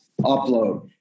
upload